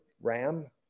Ram